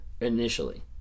initially